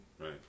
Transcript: Right